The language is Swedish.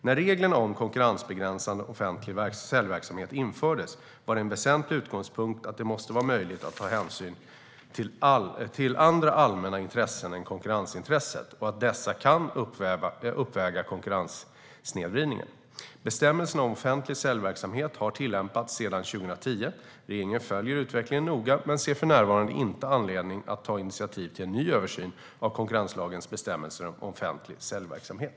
När reglerna om konkurrensbegränsande offentlig säljverksamhet infördes var det en väsentlig utgångspunkt att det måste vara möjligt att ta hänsyn till andra allmänna intressen än konkurrensintresset och att dessa kan uppväga konkurrenssnedvridningen. Bestämmelserna om offentlig säljverksamhet har tillämpats sedan 2010. Regeringen följer utvecklingen noga men ser för närvarande inte anledning att ta initiativ till en ny översyn av konkurrenslagens bestämmelser om offentlig säljverksamhet.